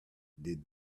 did